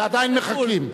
ועדיין מחכים.